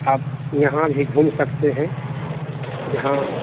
आप यहाँ भी घूम सकते हैं यहाँ